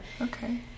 Okay